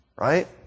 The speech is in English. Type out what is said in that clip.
Right